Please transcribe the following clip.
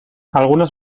algunas